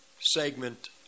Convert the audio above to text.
segment